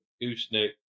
gooseneck